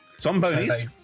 Zombies